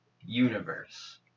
universe